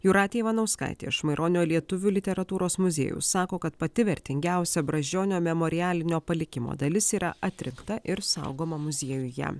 jūratė ivanauskaitė iš maironio lietuvių literatūros muziejaus sako kad pati vertingiausia brazdžionio memorialinio palikimo dalis yra atrinkta ir saugoma muziejuje